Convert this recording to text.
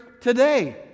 today